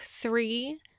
three